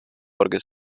porque